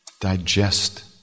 digest